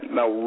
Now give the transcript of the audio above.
Now